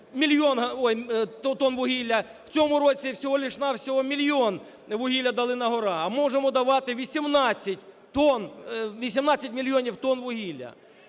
в цьому році всього лише на всього мільйон вугілля дали на-гора, а можемо давати 18 тонн… 18 мільйонів тонн вугілля.